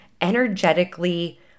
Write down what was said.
energetically